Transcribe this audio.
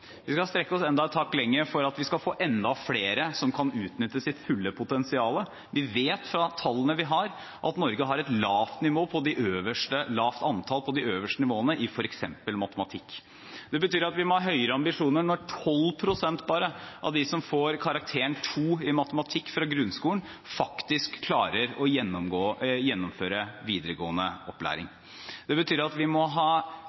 Vi skal strekke oss enda et hakk lenger for at vi skal få enda flere som kan utnytte sitt fulle potensial. Vi vet av tallene vi har, at Norge har et lavt antall på de øverste nivåene i f.eks. matematikk. Det betyr at vi må ha høyere ambisjoner når bare 12 pst. av dem som får karakteren 2 i matematikk i grunnskolen, klarer å gjennomføre videregående opplæring. Det betyr at vi må ha